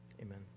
amen